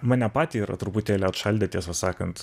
mane patį yra truputėlį atšaldę tiesą sakant